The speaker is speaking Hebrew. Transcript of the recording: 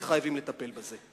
וחייבים לטפל בזה.